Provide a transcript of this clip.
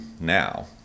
now